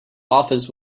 office